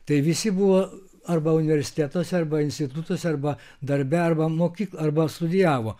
tai visi buvo arba universitetuose arba institutuose arba darbe arba mokėk arba studijavo